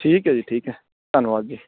ਠੀਕ ਹੈ ਜੀ ਠੀਕ ਹੈ ਧੰਨਵਾਦ ਜੀ